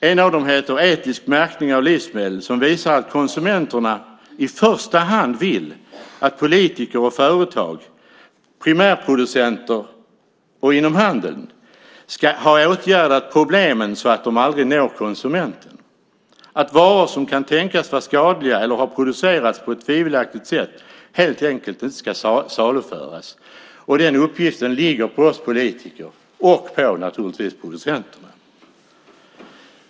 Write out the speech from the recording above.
En av dem heter Etisk märkning av livsmedel . Den visar att konsumenterna i första hand vill att politiker och företag, primärproducenter och inom handeln, ska åtgärda problemen så att de aldrig når konsumenten, att varor som kan tänkas vara skadliga eller har producerats på ett tvivelaktigt sätt helt enkelt inte ska saluföras. Den uppgiften ligger på oss politiker och naturligtvis på producenterna.